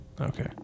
Okay